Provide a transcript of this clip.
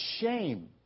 shame